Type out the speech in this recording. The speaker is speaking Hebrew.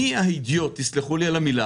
מי האידיוט תסלחו לי על המילה